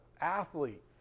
athlete